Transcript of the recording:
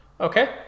Okay